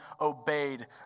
obeyed